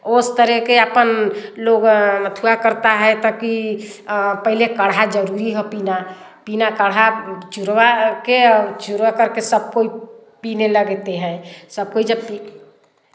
उस तरह के आपन लोग अथवा करता है ताकि ताकि पहले काढ़ा ज़रूरी हैं पीना पीना काढ़ा चुड़वा के चूरा करके सब कोई पीने लगते हैं सब कोई जब पी